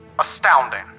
Astounding